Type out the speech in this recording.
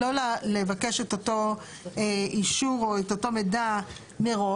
לא לבקש את אותו אישור או את אותו מידע מראש.